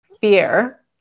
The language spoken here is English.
fear